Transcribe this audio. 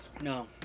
No